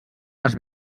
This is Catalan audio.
les